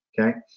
Okay